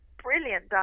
brilliant